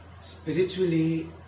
Spiritually